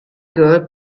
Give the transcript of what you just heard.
girl